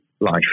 life